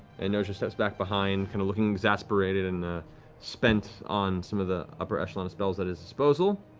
and noja steps back behind, kind of looking exasperated and spent on some of the upper-echelon spells at his disposal.